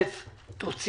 ושל התעריף.